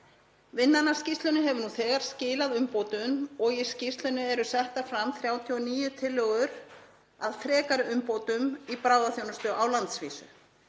Vinnan að skýrslunni hefur nú þegar skilað umbótum og í skýrslunni eru settar fram 39 tillögur að frekari umbótum í bráðaþjónustu á landsvísu.